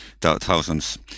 thousands